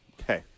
Okay